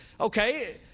okay